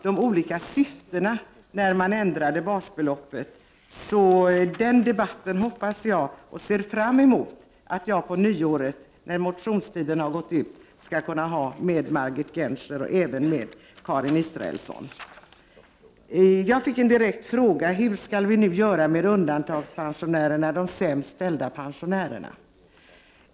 Debatten om syftet med det ändrade basbeloppet ser jag fram emot att på nyåret när motionstiden har gått ut kunna föra med Margit Gennser och Karin Israelsson. Jag fick en direkt fråga: Hur skall vi nu göra med undantagandepensionärerna, de sämst ställda pensionärerna?